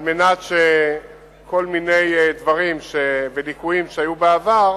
על מנת שכל מיני דברים וליקויים שהיו בעבר